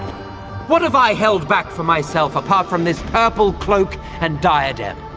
what have i held back for myself, apart from this purple cloak and diadem?